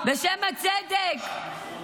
אז למה הצבעתם בעד?